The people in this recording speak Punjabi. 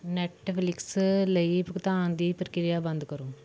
ਨੈੱਟਫ਼ਲਿਕਸ ਲਈ ਭੁਗਤਾਨ ਦੀ ਪ੍ਰਕਿਰਿਆ ਬੰਦ ਕਰੋ